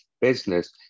business